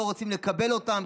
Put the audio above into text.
לא רוצים לקבל אותם,